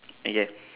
uh ya